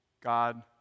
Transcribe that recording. God